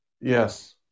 Yes